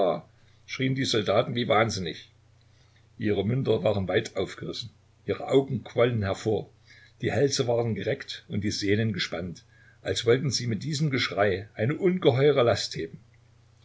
schrien die soldaten wie wahnsinnig ihre münder waren weit aufgerissen ihre augen quollen hervor die hälse waren gereckt und die sehnen gespannt als wollten sie mit diesem geschrei eine ungeheure last heben